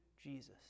Jesus